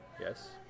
Yes